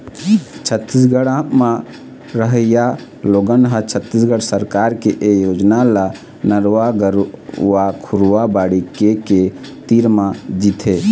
छत्तीसगढ़ म रहइया लोगन ह छत्तीसगढ़ सरकार के ए योजना ल नरूवा, गरूवा, घुरूवा, बाड़ी के के तीर म जीथे